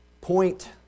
point